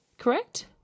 correct